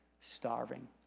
starving